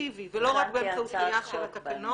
אקטיבי ולא רק באמצעות תקנה של התקנון.